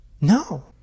no